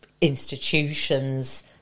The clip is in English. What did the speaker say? institutions